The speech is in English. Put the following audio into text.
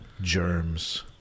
germs